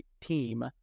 team